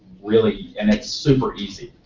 really, and it's super easy.